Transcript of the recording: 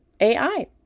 AI